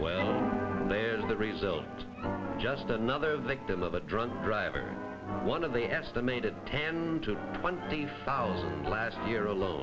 where there's the result it's just another victim of a drunk driver one of the estimated ten to twenty thousand last year alone